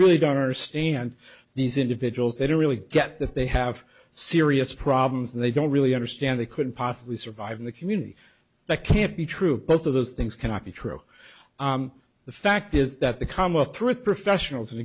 really don't understand these individuals they don't really get that they have serious problems and they don't really understand they couldn't possibly survive in the community that can't be true both of those things cannot be true the fact is that the come up through it professionals and